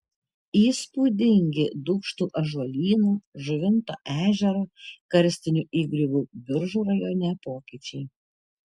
įspūdingi dūkštų ąžuolyno žuvinto ežero karstinių įgriuvų biržų rajone pokyčiai